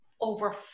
over